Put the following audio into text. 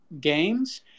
games